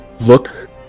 look